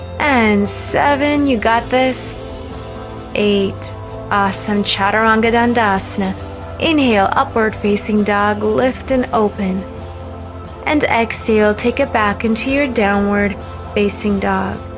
and seven you got this eight awesome chaturanga dandasana inhale upward-facing dog lift and open and exhale take it back into your downward facing dog